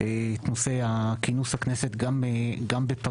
הוספנו את נושא כינוס הכנסת גם בפגרה,